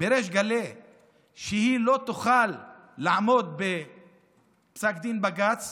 בריש גלי שהיא לא תוכל לעמוד בפסק דין של בג"ץ